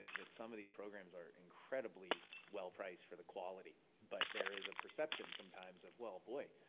that some of these programs are incredibly well priced for the quality, but there is a perception sometimes, of well, boy,